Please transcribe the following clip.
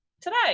Today